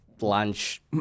lunch